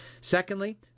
Secondly